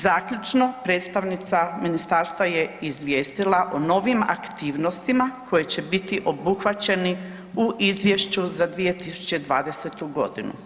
Zaključno, predstavnica ministarstva je izvijestila o novim aktivnostima koje će biti obuhvaćeni u izvješću za 2020. godinu.